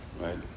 right